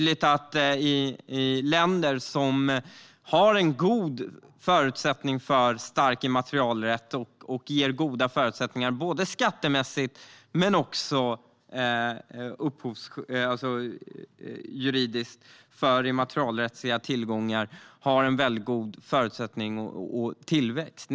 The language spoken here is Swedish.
I länder som har en stark immaterialrätt och som ger goda skattemässiga förutsättningar och juridiskt skydd av immaterialrättsliga tillgångar finns det goda förutsättningar för tillväxt.